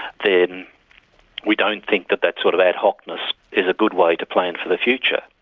then we don't think that that sort of ad hoc-ness is a good way to plan for the future.